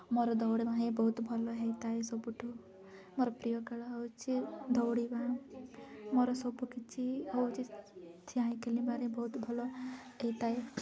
ମୋର ଦୌଡ଼ିବା ହିଁ ବହୁତ ଭଲ ହୋଇଥାଏ ସବୁଠୁ ମୋର ପ୍ରିୟ ଖେଳ ହେଉଛି ଦୌଡ଼ିିବା ମୋର ସବୁ କିଛି ହେଉଛି ହିଁ ଖେଳିବାରେ ବହୁତ ଭଲ ହୋଇଥାଏ